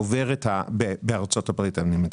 על ארצות הברית.